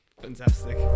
fantastic